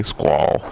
Squall